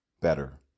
better